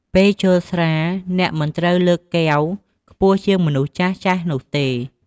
ពេលជល់ស្រា អ្នកមិនត្រូវលើកកែវខ្ពស់ជាងមនុស្សចាស់ៗនោះទេ។